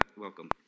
welcome